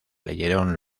leyeron